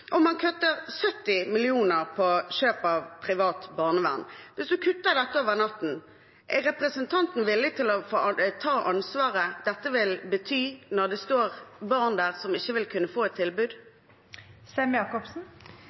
Hvis man kutter dette over natten, er representanten da villig til å ta ansvaret for hva dette vil bety når det står barn der som ikke vil kunne få et